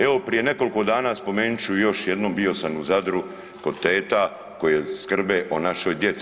Evo prije nekolko dana spomenut ću još jednom, bio sam u Zadru kod teta koje skrbe o našoj djeci.